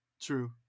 True